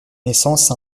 naissance